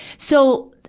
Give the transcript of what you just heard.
so,